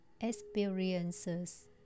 experiences